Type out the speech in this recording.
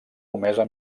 comesa